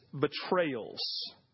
betrayals